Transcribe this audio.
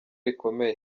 rikomeye